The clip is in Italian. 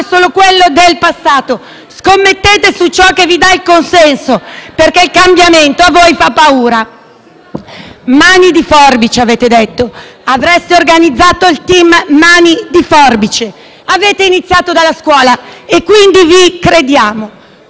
solo quello del passato. Scommettete su ciò che vi dà il consenso perché il cambiamento vi fa paura. Avete detto che avreste organizzato il «*team* mani di forbice». Avete iniziato dalla scuola e, quindi, vi crediamo.